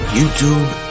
YouTube